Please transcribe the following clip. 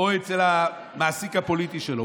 או אצל המעסיק הפוליטי שלו,